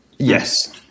Yes